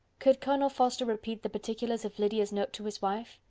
could colonel forster repeat the particulars of lydia's note to his wife?